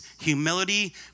humility